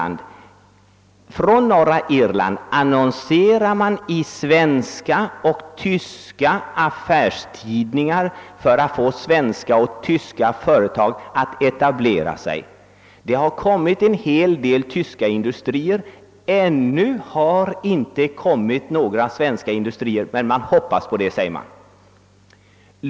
Norra Irland annonserar i svenska och tyska affärstidningar för att få svenska och tyska företag att etablera sig där. En hel del tyska industrier har redan gjort det, men ännu inga svenska. Irländska myndigheter hoppas dock på det, säger de.